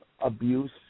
abuse